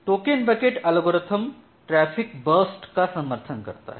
token bucket algorithm traffic burst का समर्थन करता है